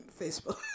Facebook